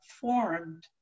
formed